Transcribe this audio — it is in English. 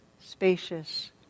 spacious